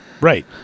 Right